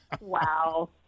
wow